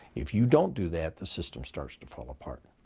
if you don't do that, the system starts to fall apart.